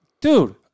Dude